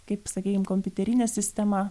kaip sakykim kompiuterinė sistema